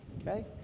Okay